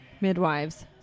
midwives